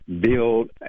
build